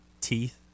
teeth